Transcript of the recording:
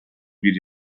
bir